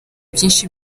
byinshi